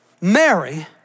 Mary